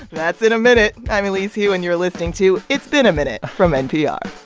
that's in a minute. i'm elise hu, and you're listening to it's been a minute from npr